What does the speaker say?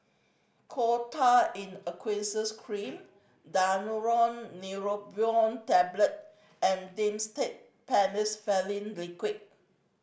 Coal Tar in Aqueous Cream Daneuron Neurobion Tablet and Dimetapp Phenylephrine Liquid